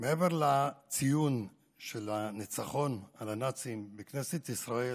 מעבר לציון של הניצחון על הנאצים בכנסת ישראל,